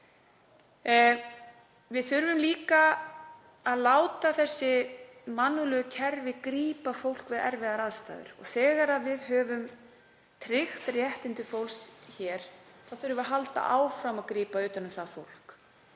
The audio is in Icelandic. Við þurfum líka að láta þessi mannúðlegu kerfi grípa fólk við erfiðar aðstæður og þegar við höfum tryggt réttindi fólks þá þurfum við að halda áfram að grípa utan um það fólk.